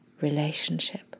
relationship